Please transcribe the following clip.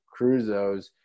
cruzos